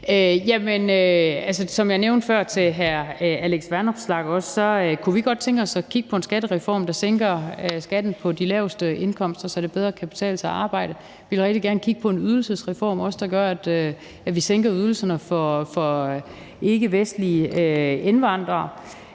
Som jeg nævnte før til hr. Alex Vanopslagh, kunne vi godt tænke os at kigge på en skattereform, der sænker skatten på de laveste indkomster, så det bedre kan betale sig at arbejde. Vi vil rigtig gerne kigge på en ydelsesreform, der gør, at vi sænker ydelserne for ikkevestlige indvandrere,